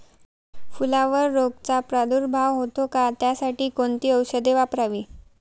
फुलावर रोगचा प्रादुर्भाव होतो का? त्यासाठी कोणती औषधे वापरावी?